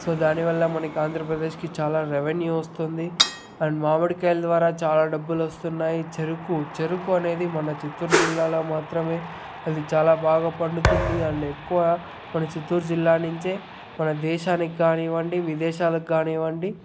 so దానివల్ల మనకి ఆంధ్రప్రదేశ్కి చాలా రెవెన్యూ వస్తుంది అండ్ మామిడికాయల ద్వారా చాలా డబ్బులు వస్తున్నాయి చెరుకు చెరుకు అనేది మన చిత్తూరు జిల్లాలో మాత్రమే అది చాలా బాగా పండుతుంది అండ్ ఎక్కువ మన చిత్తూరు జిల్లా నుంచే మన దేశానికి కానివ్వండి విదేశాలకి కానివ్వండి